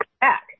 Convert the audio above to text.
back